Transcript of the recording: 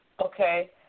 Okay